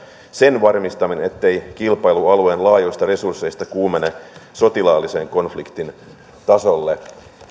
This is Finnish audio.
sen varmistaminen ettei kilpailu alueen laajoista resursseista kuumene sotilaallisen konfliktin tasolle